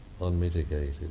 Unmitigated